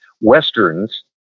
Westerns